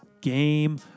Game